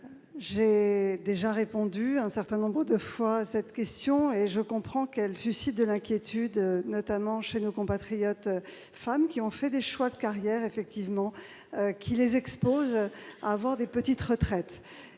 j'ai déjà répondu un certain nombre de fois à cette question, mais je comprends qu'elle suscite de l'inquiétude, notamment chez nos compatriotes femmes ayant fait des choix de carrière qui les expose à avoir de petites retraites.